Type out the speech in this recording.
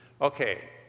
Okay